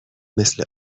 مثل